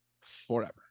forever